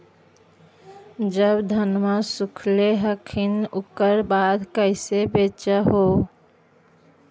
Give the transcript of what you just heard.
जब धनमा सुख ले हखिन उकर बाद कैसे बेच हो?